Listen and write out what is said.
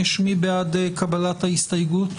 מי בעד קבלת ההסתייגות?